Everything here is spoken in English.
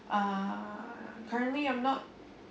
uh currently I'm not